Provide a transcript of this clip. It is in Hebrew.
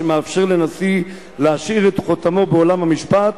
שמאפשר לנשיא להשאיר את חותמו בעולם המשפט,